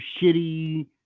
shitty